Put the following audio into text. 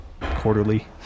quarterly